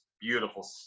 beautiful